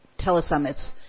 telesummits